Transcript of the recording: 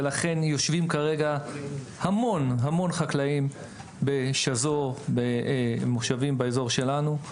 ולכן יושבים כרגע המון חקלאים בשזור ומושבים באזור שלנו,